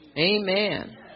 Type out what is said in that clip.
Amen